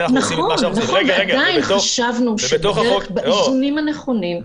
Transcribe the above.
ועדיין חשבנו שבאיזונים הנכונים,